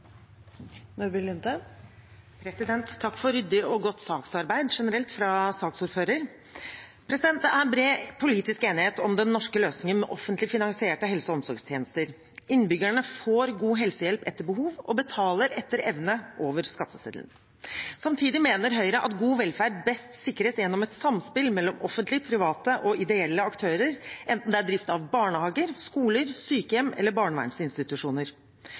han refererte til. Takk for generelt ryddig og godt saksarbeid fra saksordføreren. Det er bred politisk enighet om den norske løsningen med offentlig finansierte helse- og omsorgstjenester. Innbyggerne får god helsehjelp etter behov og betaler etter evne over skatteseddelen. Samtidig mener Høyre at god velferd best sikres gjennom et samspill mellom offentlige, private og ideelle aktører, enten det er drift av barnehager, skoler, sykehjem eller barnevernsinstitusjoner.